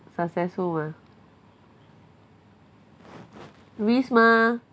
successful mah risk mah